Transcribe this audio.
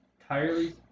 entirely